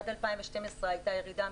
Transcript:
עד 2012 הייתה ירידה,